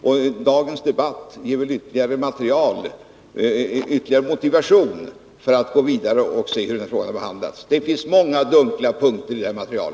Och dagens debatt ger väl ytterligare motiv för att gå vidare och se hur frågan har behandlats. Det finns många dunkla punkter i detta material.